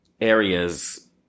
areas